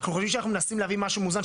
אנחנו חושבים שאנחנו מנסים להביא משהו מאוזן.